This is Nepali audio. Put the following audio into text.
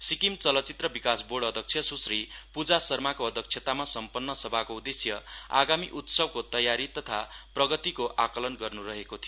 सिक्किम चलचित्र विकास बोर्ड अध्यक्ष सृश्री पूजा शर्माको अध्यक्षतामा सम्पन्न सभाको उदेश्य आगामी उत्सवको तयारी तथा प्रगतिको आकलन गर्न् रहेको थियो